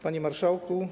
Panie Marszałku!